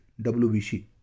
WBC